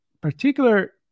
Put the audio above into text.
particular